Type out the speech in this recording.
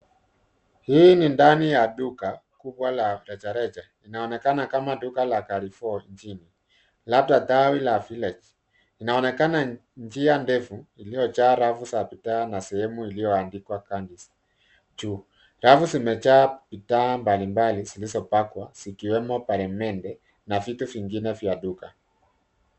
Hii ni ndani ya duka kubwa la rejareja, inaonekana kama duka la Carrefour mjini labda tawi la Village. Inaonekana njia ndefu iliyojaa rafu za bidhaa na sehemu iliyoandikwa candies juu. Rafu zimejaa bidhaa mbalimbali zilizopangwa zikiwemo peremende na vitu vingine vya duka.